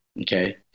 Okay